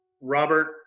Robert